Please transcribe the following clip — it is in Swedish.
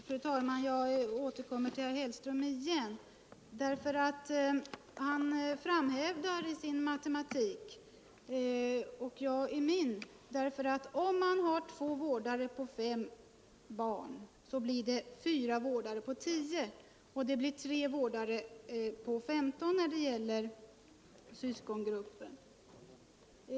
Fru talman! Jag återkommer till herr Hellström, eftersom han framhärdar i sin matematik och jag i min. Om man har två vårdare på fem barn, blir det ju fyra vårdare på tio barn, och när det gäller syskongrupper blir det tre vårdare på 15 barn.